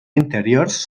interiors